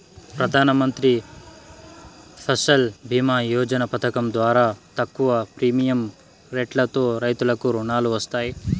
ప్రధానమంత్రి ఫసల్ భీమ యోజన పథకం ద్వారా తక్కువ ప్రీమియం రెట్లతో రైతులకు రుణాలు వస్తాయి